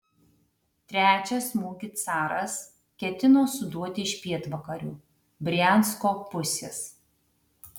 trečią smūgį caras ketino suduoti iš pietvakarių briansko pusės